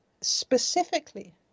specifically